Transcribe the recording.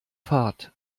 fahrt